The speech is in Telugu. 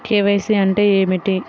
కే.వై.సి అంటే ఏమిటి?